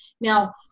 Now